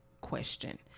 question